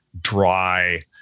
dry